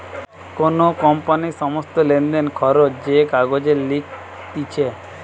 কোন কোম্পানির সমস্ত লেনদেন, খরচ যে কাগজে লিখতিছে